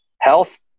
health